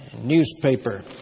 newspaper